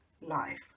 life